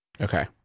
Okay